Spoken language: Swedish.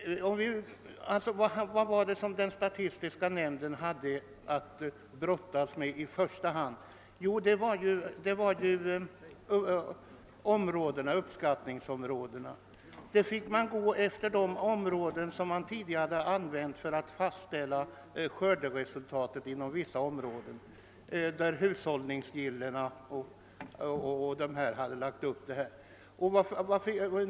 Vad var det skördestatistiska nämnden hade att brottas med i första hand? Jo, det var uppskattningsområdena. Man fick gå efter de områden som man tidigare hade använt för att fastställa skörderesultat inom vissa distrikt enligt den uppläggning som gjorts av hushållningsgillena m.fl.